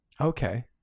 Okay